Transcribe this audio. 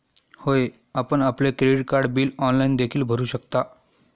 होय, आपण आपले क्रेडिट कार्ड बिल ऑनलाइन देखील भरू शकता